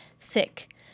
thick